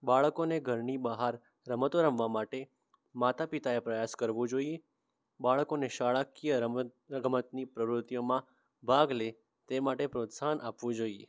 બાળકોને ઘરની બહાર રમતો રમવા માટે માતાપિતાએ પ્રયાસ કરવો જોઈએ બાળકોને શાળાકીય રમતગમતની પ્રવૃત્તિમાં ભાગ લે તે માટે પ્રોત્સાહન આપવું જોઈએ